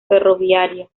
ferroviaria